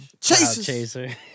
Chaser